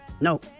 No